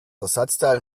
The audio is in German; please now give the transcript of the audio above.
ersatzteil